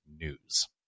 news